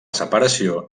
separació